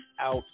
out